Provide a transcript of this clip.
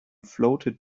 floated